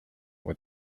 with